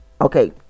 Okay